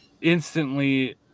instantly